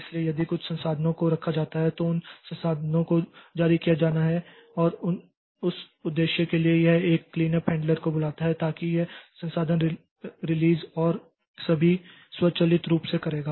इसलिए यदि कुछ संसाधनों को रखा जाता है तो उन संसाधनों को जारी किया जाना है और उस उद्देश्य के लिए यह एक क्लीनअप हैंडलर को बुलाता है ताकि यह संसाधन रिलीज और सभी को स्वचालित रूप से करेगा